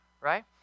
right